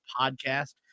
podcast